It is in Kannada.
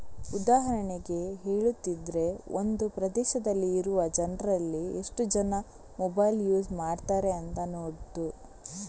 ಉದಾಹರಣೆಗೆ ಹೇಳುದಿದ್ರೆ ಒಂದು ಪ್ರದೇಶದಲ್ಲಿ ಇರುವ ಜನ್ರಲ್ಲಿ ಎಷ್ಟು ಜನ ಮೊಬೈಲ್ ಯೂಸ್ ಮಾಡ್ತಾರೆ ಅಂತ ನೋಡುದು